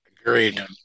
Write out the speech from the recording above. agreed